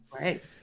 Right